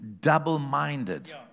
double-minded